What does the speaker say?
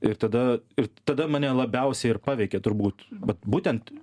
ir tada ir tada mane labiausiai ir paveikė turbūt vat būtent